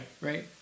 right